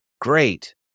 great